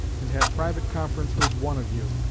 and have private conference with one of you,